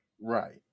Right